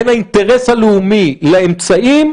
בין האינטרס הלאומי לאמצעים,